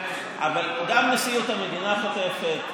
אבל גם נשיאות המדינה חוטפת,